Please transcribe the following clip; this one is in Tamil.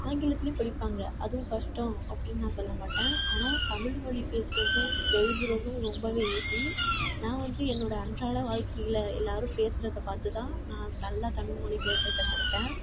ஆங்கிலத்திலையும் படிப்பாங்க அதுவும் கஷ்டம் அப்படின்னு நான் சொல்ல மாட்டேன் ஆனால் தமிழ் மொழி பேசுவதும் எழுதுவதும் ரொம்ப ஈஸி நான் வந்து என்னோட அன்றாட வாழ்க்கையில் எல்லோரும் பேசுறதை பார்த்துதான் நான் நல்லா தமிழ்மொழி பேச கற்றுக்கிட்டேன்